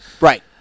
Right